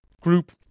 group